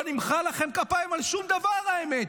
לא נמחא לכם כפיים על שום דבר, האמת,